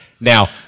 Now